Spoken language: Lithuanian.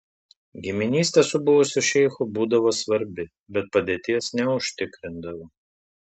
giminystė su buvusiu šeichu būdavo svarbi bet padėties neužtikrindavo